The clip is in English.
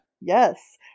yes